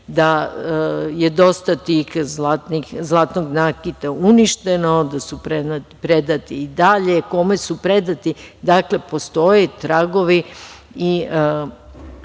da je dosta tog zlatnog nakita uništeno, da su predati i dalje. Kome su predati? Dakle, postoje tragovi i